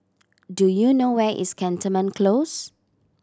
do you know where is Cantonment Close